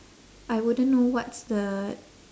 I wouldn't know what's the